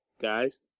Guys